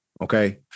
okay